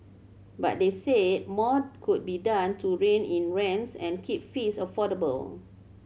but they said more could be done to rein in rents and keep fees affordable